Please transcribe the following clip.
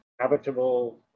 habitable